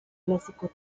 clásico